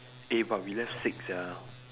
eh but we left six sia